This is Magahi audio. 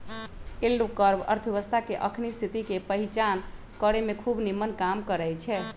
यील्ड कर्व अर्थव्यवस्था के अखनी स्थिति के पहीचान करेमें खूब निम्मन काम करै छै